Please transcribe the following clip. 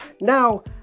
Now